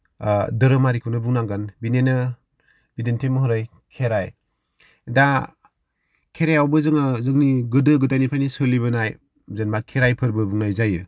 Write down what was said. धोरोमारिखौनो बुंनांगोन बिनिनो बिदिन्थि महरै खेराइ दा खेराइआवबो जोङो जोंनि गोदो गोदायनिफ्रायनो सोलिबोनाय जेनबा खेराइ फोर्बो बुंनाय जायो